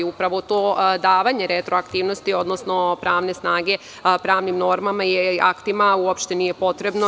Upravo to davanje to retroaktivnosti, odnosno pravne snage pravnim normama i aktima uopšte nije potrebno.